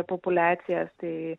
populiacijos tai